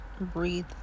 breathe